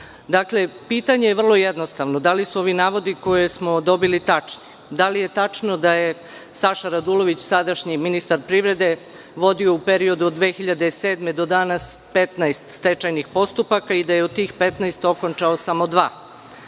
poslat. Dakle, pitanje je vrlo jednostavno – da li su ovi navodi, koje smo dobili, tačni? Da li je tačno da je Saša Radulović, sadašnji ministar privrede, vodio u periodu od 2007. godine do danas 15 stečajnih postupaka i da je od tih 15 okončao samo dva?